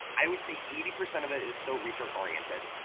i would say eighty percent of it is still research oriented.